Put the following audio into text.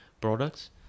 products